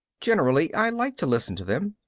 generally i like to listen to them,